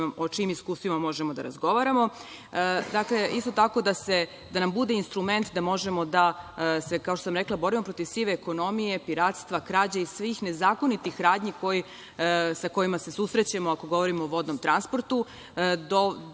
o čijim iskustvima možemo da razgovaramo. Dakle, isto tako, da nam bude instrument da možemo da se borimo protiv sive ekonomije, piratstva, krađe i svih nezakonitih radnji sa kojima se susrećemo ako govorimo o vodnom transportu,